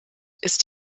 ist